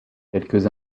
quelques